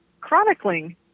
Chronicling